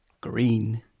Green